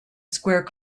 square